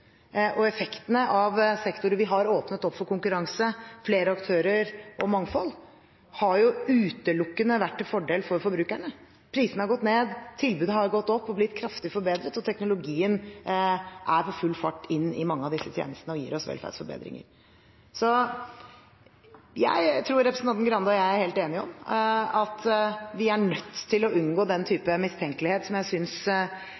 Effektene av sektorer vi har åpnet opp for konkurranse, flere aktører og mangfold, har utelukkende vært til fordel for forbrukerne. Prisene har gått ned. Tilbudet har gått opp og blitt kraftig forbedret. Teknologien er på full fart inn i mange av disse tjenestene og gir oss velferdsforbedringer. Jeg tror representanten Skei Grande og jeg er helt enige om at vi er nødt til å unngå den type mistenkelighet som jeg synes